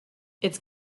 its